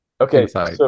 okay